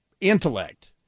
intellect